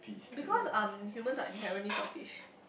because um humans are inherently selfish